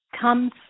comes